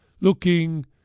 looking